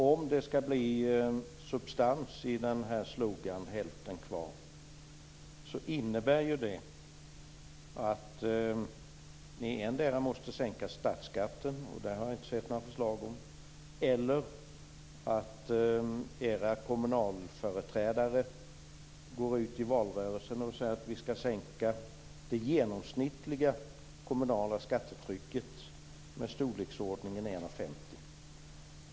Om det skall bli substans i slogan "hälften kvar" måste ni endera sänka statsskatten - och det har jag inte sett några förslag om - eller också måste era kommunalföreträdare gå ut i valrörelsen och säga att man skall sänka det genomsnittliga kommunala skattetrycket med i storleksordningen 1,50.